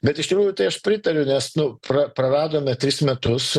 bet iš tikrųjų tai aš pritariu nes nu pra praradome tris metus